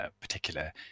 particular